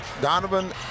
Donovan